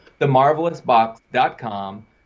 themarvelousbox.com